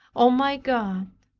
o my god,